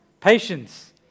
patience